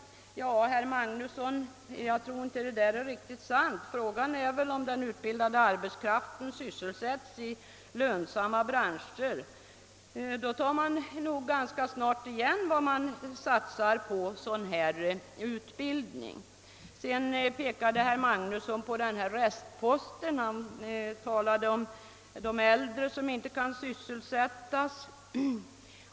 Jag tror inte att man skall bedöma frågan på det sätt herr Magnusson gör. Frågan är om den utbildade arbetskraften kan sysselsättas i lönsamma branscher, ty i så fall vinner man ganska snart tillbaka vad som satsats på utbildning av det här slaget. Herr Magnusson talade också om restposten av äldre som inte kan sysselsättas.